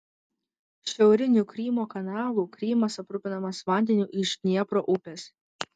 šiauriniu krymo kanalu krymas aprūpinamas vandeniu iš dniepro upės